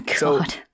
God